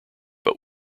but